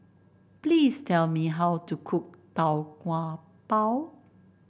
please tell me how to cook Tau Kwa Pau